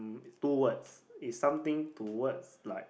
two words is something towards like